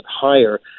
higher